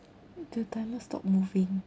the timer stopped moving